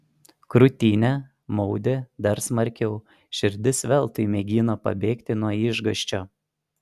krūtinę maudė dar smarkiau širdis veltui mėgino pabėgti nuo išgąsčio